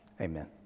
Amen